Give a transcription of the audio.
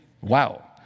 Wow